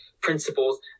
principles